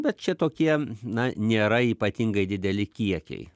bet čia tokie na nėra ypatingai dideli kiekiai